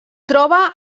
troba